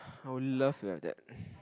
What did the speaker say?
I would love to have that